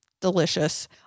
delicious